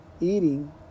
eating